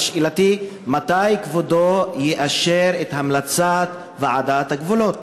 שאלתי: מתי כבודו יאשר את המלצת ועדת הגבולות?